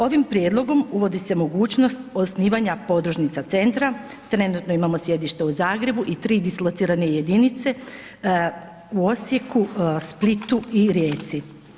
Ovim prijedlogom uvodi se mogućnost osnivanja podružnica centra, trenutno imamo sjedište u Zagrebu i tri dislocirane jedinice u Osijeku, Splitu i Rijeci.